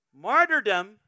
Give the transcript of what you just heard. Martyrdom